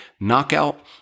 knockout